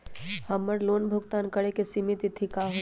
हमर लोन भुगतान करे के सिमित तिथि का हई?